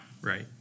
Right